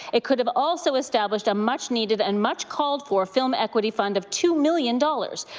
it could have also established a much needed and much called for film equity fund of two million dollars,